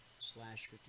slash